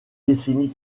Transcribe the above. décennies